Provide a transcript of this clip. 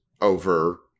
over